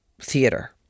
theater